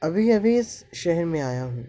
ابھی ابھی اس شہر میں آیا ہوں